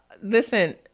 Listen